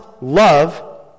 love